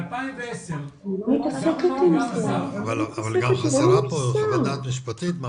ב-2010 --- אבל גם חסרה פה חוות דעת משפטית.